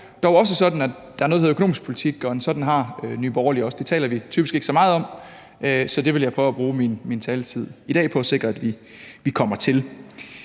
dog også sådan, at der er noget, der hedder en økonomisk politik, og en sådan har Nye Borgerlige også, og det taler vi typisk ikke så meget om, så det vil jeg prøve at bruge min taletid i dag på at sikre at vi kommer til.